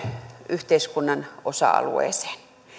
yhteiskunnan osa alueeseen